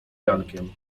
jankiem